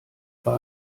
bei